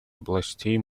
областей